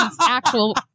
actual